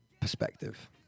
perspective